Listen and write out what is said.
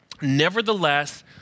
nevertheless